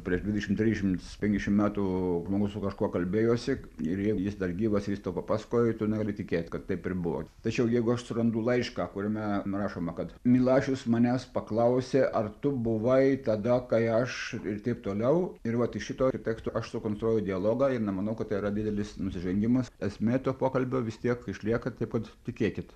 prieš dvidešimt trisdešimt penkiasdešimt metų žmogus su kažkuo kalbėjosi ir jei jis dar gyvas ir jis tau papasakojo tu negali tikėt kad taip ir buvo tačiau jeigu aš surandu laišką kuriame rašoma kad milašius manęs paklausė ar tu buvai tada kai aš ir taip toliau ir vat iš šitokių tekstų aš sukonstruoju dialogą ir nemanau kad tai yra didelis nusižengimas esmė to pokalbio vis tiek išlieka taip pat tikėkit